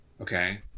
Okay